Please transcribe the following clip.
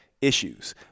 issues